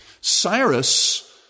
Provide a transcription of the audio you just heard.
Cyrus